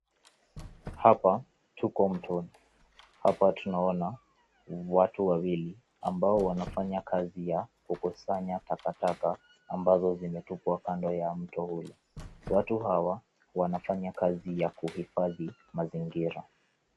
Hapa, tuko mtoni. Hapa tunaona watu wawili ambao wanafanya kazi ya kukusanya takataka ambazo zimetupwa kando ya mto huu. Watu hawa wanafanya kazi ya kuhifadhi mazingira.